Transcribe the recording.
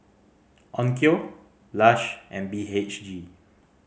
Onkyo Lush and B H G